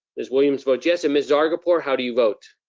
miss williams votes yes. and miss zargarpur, how do you vote?